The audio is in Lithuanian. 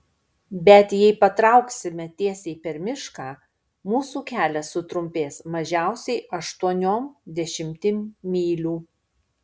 bet jei patrauksime tiesiai per mišką mūsų kelias sutrumpės mažiausiai aštuoniom dešimtim mylių